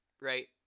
right